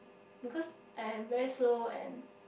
because I am very slow and